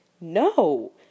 no